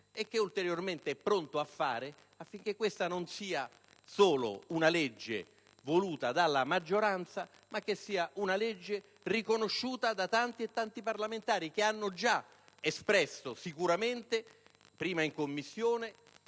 e che è ulteriormente pronto a fare affinché questa non sia solo una legge voluta dalla maggioranza, ma una legge riconosciuta da tanti e tanti parlamentari che hanno già espresso, prima in Commissione